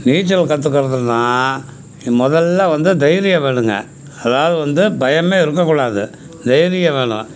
நீச்சல் கற்றுக்கறதுன்னா முதல்ல வந்து தைரியம் வேணுங்கள் அதாவது வந்து பயமே இருக்கக்கூடாது தைரியம் வேணும்